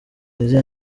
izihe